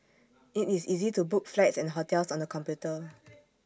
IT is easy to book flights and hotels on the computer